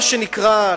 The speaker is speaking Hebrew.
מה שנקרא,